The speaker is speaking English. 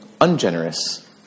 ungenerous